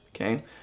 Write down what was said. Okay